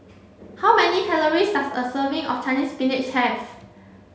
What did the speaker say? how many calories does a serving of Chinese spinach have